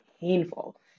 painful